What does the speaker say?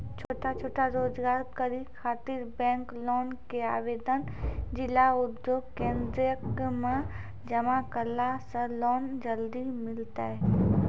छोटो छोटो रोजगार करै ख़ातिर बैंक लोन के आवेदन जिला उद्योग केन्द्रऽक मे जमा करला से लोन जल्दी मिलतै?